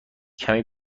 کمی